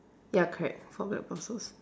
ya correct four black boxes